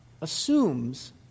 assumes